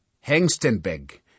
Hengstenberg